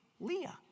Leah